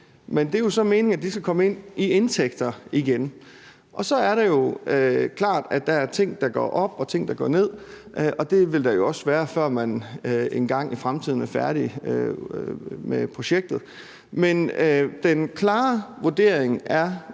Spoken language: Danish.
men det er jo så meningen, at de skal komme ind i indtægter igen. Så er det klart, at der er ting, der går op, og ting, der går ned, og det vil der jo også være, før man engang i fremtiden er færdig med projektet, men den klare vurdering er,